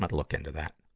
but look into that.